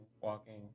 walking